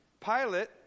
Pilate